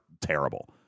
terrible